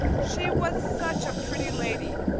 she was such a pretty lady,